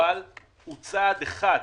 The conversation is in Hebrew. אבל הוא צעד אחד.